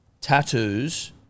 tattoos